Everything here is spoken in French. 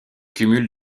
cumul